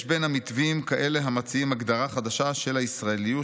יש בין המתווים כאלה המציעים הגדרה חדשה של הישראליות,